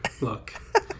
Look